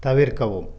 தவிர்க்கவும்